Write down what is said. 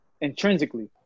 intrinsically